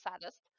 saddest